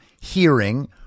hearing